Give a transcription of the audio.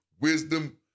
wisdom